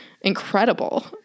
incredible